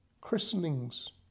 Christenings